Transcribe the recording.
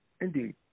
Indeed